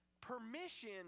permission